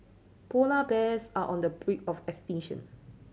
polar bears are on the brink of extinction